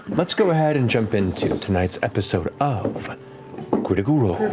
let's go ahead and jump into tonight's episode of critical role.